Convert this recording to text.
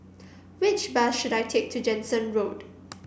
which bus should I take to Jansen Road